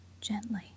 gently